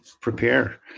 prepare